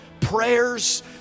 prayers